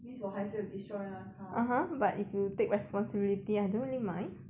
means 我还是有 destroy 那个 car